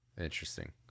Interesting